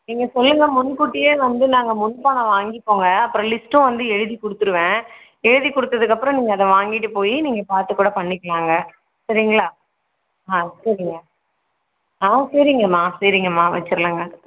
நீங்கள் சொல்லுங்க முன்கூட்டியே வந்து நாங்கள் முன்பணம் வாங்கிப்போங்க அப்புறம் லிஸ்ட்டு வந்தும் எழுதி கொடுத்துருவேன் எழுதிக் கொடுத்ததுக்கப்பறம் நீங்கள் அதை வாங்கிகிட்டு போய் நீங்கள் அதை பார்த்து கூட பண்ணிக்கலாங்க சரிங்களா ஆ சரிங்க ஆ சரிங்கம்மா சரிங்கம்மா வச்சிடலாங்க